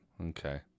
okay